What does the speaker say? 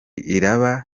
iraba